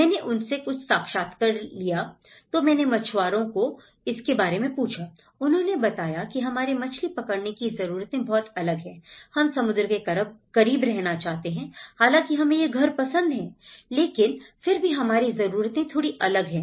मैं उनसे कुछ साक्षात्कार लेता था तो मैंने मछुआरों को इसके बारे में पूछा उन्होंने बताया की हमारे मछली पकड़ने की ज़रूरतें बहुत अलग हैं हम समुद्र के करीब रहना चाहते हैं हालांकि हमें यह घर पसंद हैं लेकिन फिर भी हमारी ज़रूरतें थोड़ी अलग हैं